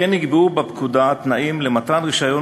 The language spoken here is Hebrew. כמו כן נקבעו בפקודה תנאים למתן רישיון